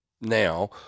now